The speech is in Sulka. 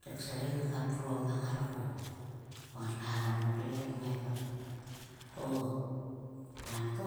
Te ksegein ka pruo mang ngar ko. Ko ngat kaeharom o klel kngai kotok. To edo langto